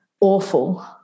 awful